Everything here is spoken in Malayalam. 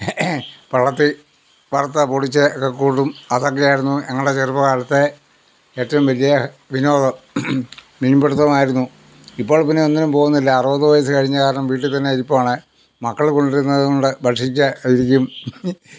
പള്ളത്തി വറുത്തുപൊടിച്ച് ഇതൊക്കെ കൂട്ടി അതൊക്കെയായിരുന്നു നമ്മുടെ ചെറുപ്പകാലത്തെ ഏറ്റവും വലിയ വിനോദം മീൻപിടുത്തമായിരുന്നു ഇപ്പോൾ പിന്നെ ഒന്നിനും പോകുന്നില്ല അറുപത് വയസ്സു കഴിഞ്ഞ കാരണം വീട്ടിൽ തന്നെ ഇരിപ്പാണ് മക്കൾ കൊണ്ടുവരുന്നത് കൊണ്ട് ഭക്ഷിച്ച് ഇരിക്കും